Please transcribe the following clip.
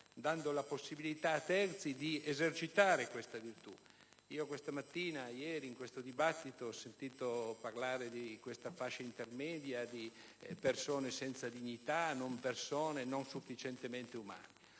dando la possibilità a terzi di esercitare questa virtù. Questa mattina e ieri ho sentito parlare di questa fascia intermedia, di persone senza dignità, non persone, non sufficientemente umane.